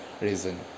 reason